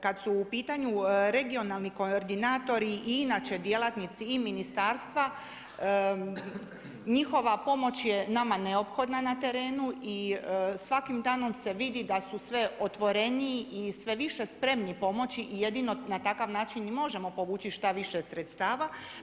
Kad su u pitanju regionalni koordinatori i inače djelatnici i ministarstva, njihova ponoć je nama neophodna na terenu i svakim danom se vidi da su sve otvoreniji i sve više spremni pomoći i jedino na takav način i možemo povući što više sredstava.